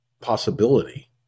possibility